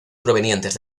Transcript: provenientes